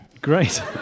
Great